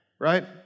right